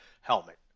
helmet